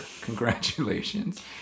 Congratulations